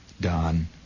Don